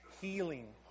healing